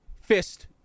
fist